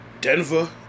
Denver